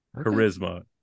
Charisma